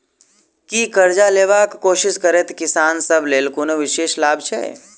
की करजा लेबाक कोशिश करैत किसान सब लेल कोनो विशेष लाभ छै?